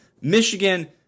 Michigan